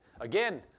again